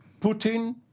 Putin